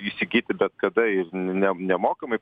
įsigyti bet kada ir ne nemokamai